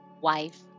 wife